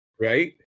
Right